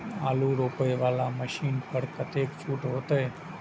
आलू रोपे वाला मशीन पर कतेक छूट होते?